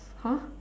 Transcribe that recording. !huh!